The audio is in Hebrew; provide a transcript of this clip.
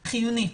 חיונית.